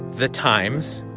the times.